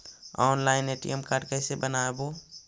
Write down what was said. Online ATM card कैसे बनाबौ?